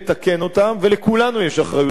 ולכולנו יש אחריות למחדלים,